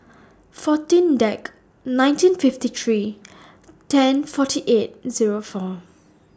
fourteen Dec nineteen fifty three ten forty eight Zero four